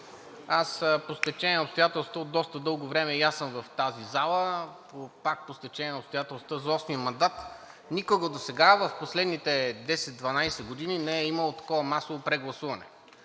по стечение на обстоятелствата от доста дълго време и аз съм в тази зала. Пак по стечение на обстоятелствата за осми мандат, но никога досега – в последните 10 – 12 години, не е имало такова масова прегласуване.